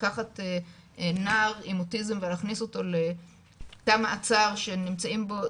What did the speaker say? לקחת נער עם אוטיזם ולהכניס אותו לתא מעצר שנמצאים בו,